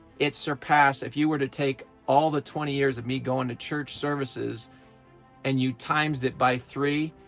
it surpassed if you were to take all the twenty years of me going to church services and you times that by three,